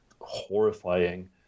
horrifying